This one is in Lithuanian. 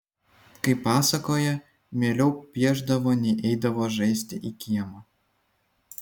kaip pasakoja mieliau piešdavo nei eidavo žaisti į kiemą